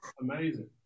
Amazing